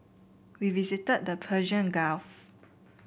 we visited the Persian Gulf